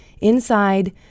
Inside